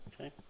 Okay